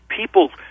people